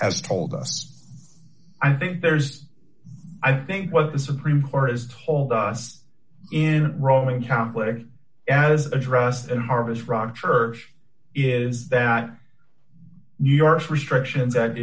has told us i think there's i think what the supreme court has told us in roman catholic as addressed in harvest rock church is that new york's restrictions